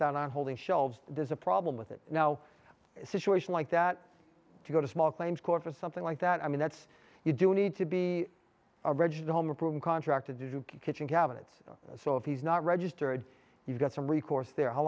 down on holding shelves there's a problem with it now a situation like that to go to small claims court for something like that i mean that's you do need to be a rigid home a broom contracted to do kitchen cabinets so if he's not registered you've got some recourse there how